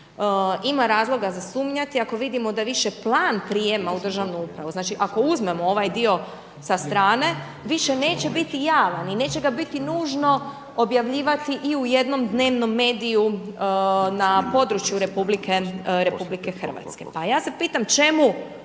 ima razloga za sumnjati, ako vidimo da više plan prijema u državnu upravu, znači ako uzmemo u ovaj dio sa strane, više neće biti javan i neće ga biti nužno objavljivati i u jednom dnevnom mediju na području RH. Pa ja se pitam čemu